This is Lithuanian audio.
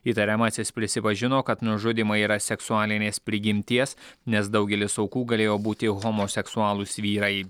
įtariamasis prisipažino kad nužudymai yra seksualinės prigimties nes daugelis aukų galėjo būti homoseksualūs vyrai